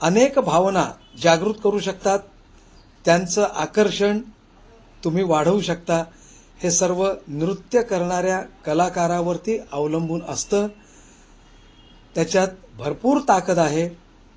अनेक भावना जागृत करू शकतात त्यांचं आकर्षण तुम्ही वाढवू शकता हे सर्व नृत्य करणाऱ्या कलाकारावरती अवलंबून असतं त्याच्यात भरपूर ताकद आहे